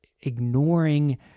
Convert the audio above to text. ignoring